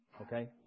okay